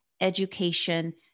education